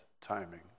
timing